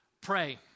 pray